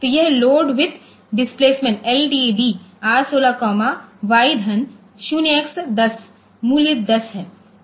तो यह load with displacement LDD R16Y0x10 मूल्य दस है